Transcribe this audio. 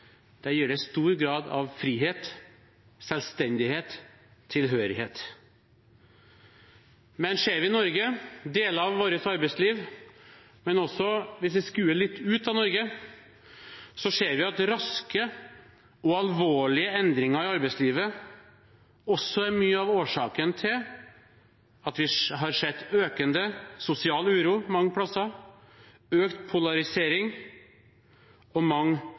stor grad av frihet, selvstendighet og tilhørighet. Men ser vi på deler av arbeidslivet i Norge, og hvis vi skuer litt ut av Norge, ser vi at raske og alvorlige endringer i arbeidslivet er mye av årsaken til at vi har sett økende sosial uro mange steder, økt polarisering og